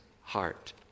heart